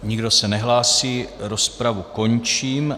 Nikdo se nehlásí, rozpravu končím.